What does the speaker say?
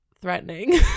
threatening